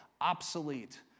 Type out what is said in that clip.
obsolete